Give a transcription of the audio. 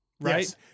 right